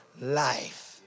life